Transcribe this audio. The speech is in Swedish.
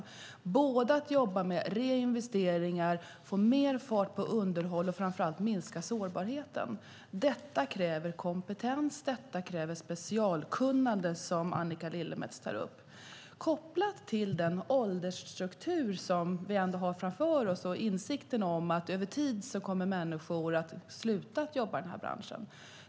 Det gäller att jobba med reinvesteringar, få mer fart på underhåll och framför allt minska sårbarheten. Detta kräver kompetens och specialkunnande, som Annika Lillemets tar upp, kopplat till den åldersstruktur som ändå finns framför oss och insikten om att över tid kommer människor att sluta jobba i branschen.